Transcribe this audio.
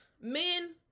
men